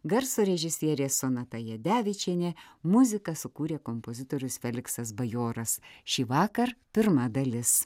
garso režisierė sonata jadevičienė muziką sukūrė kompozitorius feliksas bajoras šįvakar pirma dalis